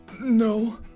No